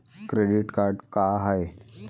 Credit card का हाय?